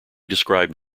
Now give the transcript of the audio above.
described